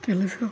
ಕೆಲಸ